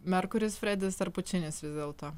merkuris fredis ar pučinis vis dėlto